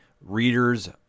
reader's